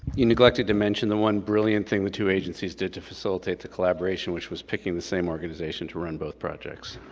you neglected to mention the one brilliant thing the two agencies did to facilitate the collaboration, which was picking the same organization to run both projects.